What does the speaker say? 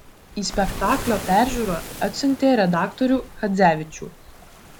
į spektaklio peržiūrą atsiuntė redaktorių chadzevičių